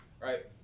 right